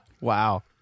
wow